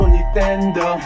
Nintendo